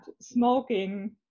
smoking